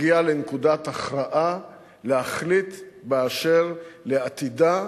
הגיעה לנקודת הכרעה להחליט באשר לעתידה